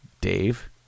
Dave